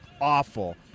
awful